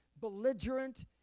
belligerent